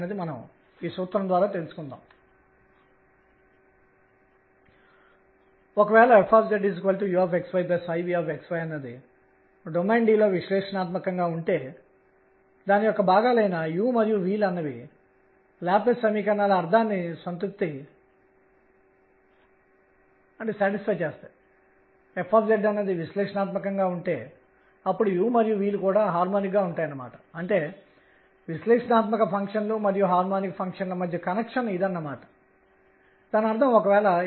అవి పూర్ణాంకాలు అయితే ధనాత్మక మరియు ఋణాత్మక విలువలను తీసుకోండి కోణీయ ద్రవ్యవేగం యొక్క మగ్నిట్యూడ్ పరిమాణం L అనేది nn కి సమానంగా ఉంటుంది మరియు మీరు చూడగలరు nఅనేది 1 2 మరియు మొదలైన విలువలను తీసుకోవాలి